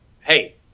hey